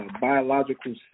biological